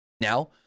Now